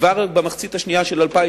כבר במחצית השנייה של 2010,